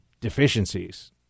deficiencies